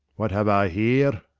what have i here?